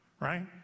right